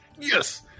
Yes